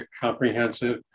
comprehensive